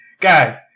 guys